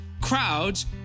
crowds